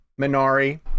minari